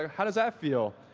how does that feel?